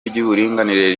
ry’uburinganire